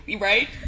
Right